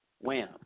Wham